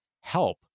help